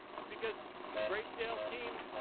it's because great sales team,